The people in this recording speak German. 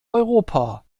europa